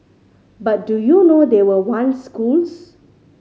but do you know they were once schools